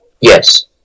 Yes